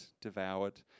devoured